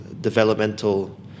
developmental